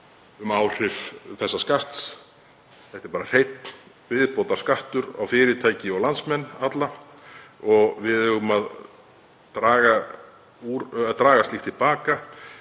um áhrif þessa skatts. Þetta er bara hreinn viðbótarskattur á fyrirtæki og landsmenn alla og við eigum að draga slíkt til baka